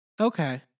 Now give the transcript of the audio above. Okay